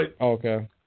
Okay